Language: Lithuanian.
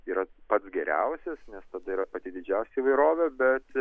yra pats geriausias nes tada yra pati didžiausia įvairovė bet